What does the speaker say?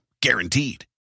Guaranteed